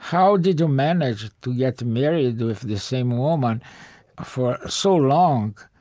how did you manage to get married with the same woman for so long?